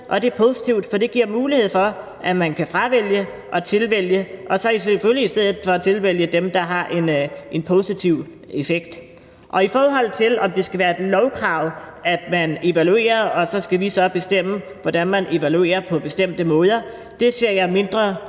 og det er positivt, for det giver mulighed for, at man kan fravælge og tilvælge – og selvfølgelig tilvælge dem, der har en positiv effekt. I forhold til om det skal være et lovkrav, at man evaluerer, og at vi så skal bestemme, hvordan man evaluerer på bestemte måder, vil jeg sige,